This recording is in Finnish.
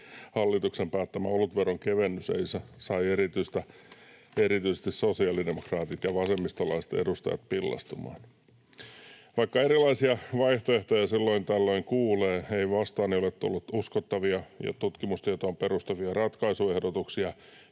Hallituksen päättämä olutveron kevennys sai erityisesti sosiaalidemokraatit ja vasemmistolaiset edustajat pillastumaan. Vaikka erilaisia vaihtoehtoja silloin tällöin kuulee, ei vastaani ole tullut uskottavia ja tutkimustietoon perustuvia ratkaisuehdotuksia,